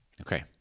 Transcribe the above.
Okay